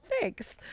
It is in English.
thanks